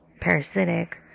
parasitic